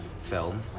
film